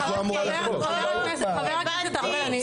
חבר הכנסת ארבל,